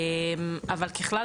אבל ככלל,